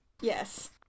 yes